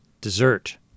Dessert